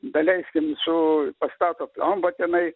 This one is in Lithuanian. daleiskim su pastato pliombą tenai